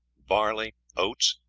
barley, oats,